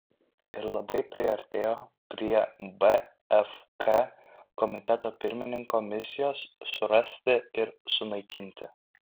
ir labai priartėjo prie bfk komiteto pirmininko misijos surasti ir sunaikinti